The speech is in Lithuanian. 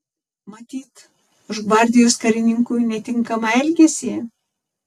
matyt už gvardijos karininkui netinkamą elgesį